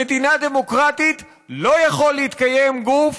במדינה דמוקרטית לא יכול להתקיים גוף